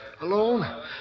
alone